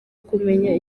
kumenya